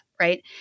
right